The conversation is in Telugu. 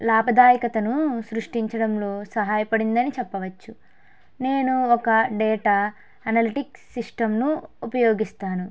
లాభదాయకతను సృష్టించడంలో సహాయపడిందని చెప్పవచ్చు నేను ఒక డేటా అనలటిక్స్ సిస్టమ్ను ఉపయోగిస్తాను